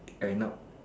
and not